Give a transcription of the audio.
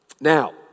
Now